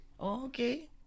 Okay